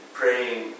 praying